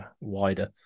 wider